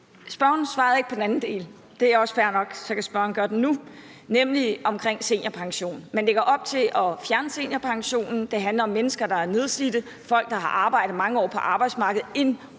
omkring seniorpension, og det er også fair nok, for så kan spørgeren gøre det nu. Man lægger op til at fjerne seniorpensionen. Det handler om mennesker, der er nedslidt, og folk, der har arbejdet mange år på arbejdsmarkedet.